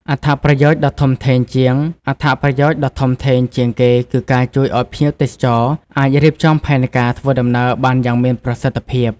អត្ថប្រយោជន៍ដ៏ធំជាងគេគឺការជួយឲ្យភ្ញៀវទេសចរអាច រៀបចំផែនការធ្វើដំណើរ បានយ៉ាងមានប្រសិទ្ធភាព។